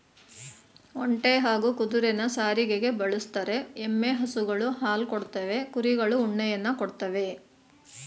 ಒಂಟೆ ಹಾಗೂ ಕುದುರೆನ ಸಾರಿಗೆಗೆ ಬಳುಸ್ತರೆ, ಎಮ್ಮೆ ಹಸುಗಳು ಹಾಲ್ ಕೊಡ್ತವೆ ಕುರಿಗಳು ಉಣ್ಣೆಯನ್ನ ಕೊಡ್ತವೇ